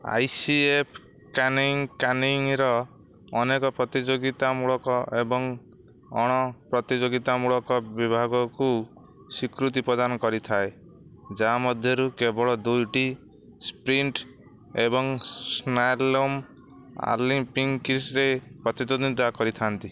I C F canoeing କାନିଙ୍ଗର ଅନେକ ପ୍ରତିଯୋଗିତା ମୂଳକ ଏବଂ ଅଣ ପ୍ରତିଯୋଗିତା ମୂଳକ ବିଭାଗକୁ ସ୍ୱୀକୃତି ପ୍ରଦାନ କରିଥାଏ ଯାମଧ୍ୟରୁ କେବଳ ଦୁଇଟି ସ୍ପ୍ରିଣ୍ଟ ଏବଂ ସ୍ଲାଲୋମ୍ ଅଲମ୍ପିକ୍ସରେ ପ୍ରତିଦ୍ୱନ୍ଦିତା କରିଥାନ୍ତି